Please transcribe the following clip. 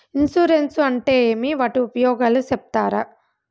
Insurance అంటే ఏమి? వాటి ఉపయోగాలు సెప్తారా?